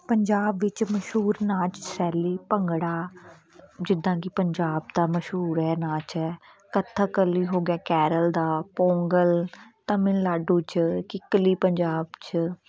ਪੰਜਾਬ ਵਿੱਚ ਮਸ਼ਹੂਰ ਨਾਚ ਸ਼ੈਲੀ ਭੰਗੜਾ ਜਿੱਦਾਂ ਕਿ ਪੰਜਾਬ ਦਾ ਮਸ਼ਹੂਰ ਹੈ ਨਾਚ ਹੈ ਕਥਕ ਕਲੀ ਹੋ ਗਿਆ ਕੇਰਲ ਦਾ ਪੋਂਗਲ ਤਾਮਿਲਨਾਡੂ 'ਚ ਕਿੱਕਲੀ ਪੰਜਾਬ 'ਚ